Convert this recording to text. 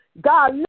God